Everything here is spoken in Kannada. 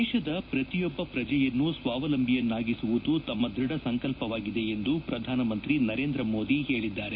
ದೇಶದ ಪ್ರತಿಯೊಬ್ಬ ಪ್ರಜೆಯನ್ನು ಸ್ವಾವಲಂಬಿಯನ್ನಾಗಿಸುವುದು ತಮ್ಮ ದ್ವಧ ಸಂಕಲ್ಪವಾಗಿದೆ ಎಂದು ಪ್ರಧಾನಮಂತ್ರಿ ನರೇಂದ್ರ ಮೋದಿ ಹೇಳಿದ್ದಾರೆ